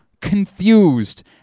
confused